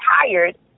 tired